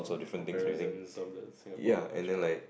comparison of the Singapore culture